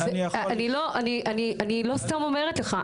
אני לא סתם אומרת לך.